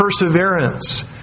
perseverance